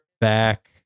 back